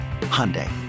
Hyundai